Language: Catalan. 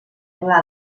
pla